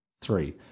Three